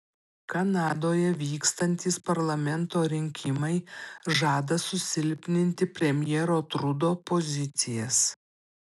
kanadoje vykstantys parlamento rinkimai žada susilpninti premjero trudo pozicijas